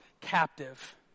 captive